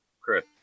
Chris